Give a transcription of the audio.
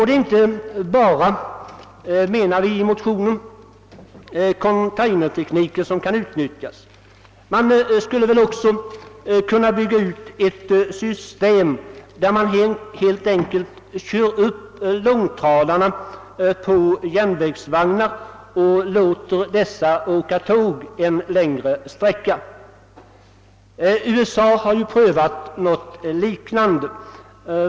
Det är inte bara containertekniken som kan utnyttjas, framhåller vi i motionen. Man skulle också kunna bygga ut ett system, enligt vilket man helt enkelt kör upp långtradarna på järnvägsvagnar och låter dessa åka tåg längre sträckor. I USA har man prövat något liknande.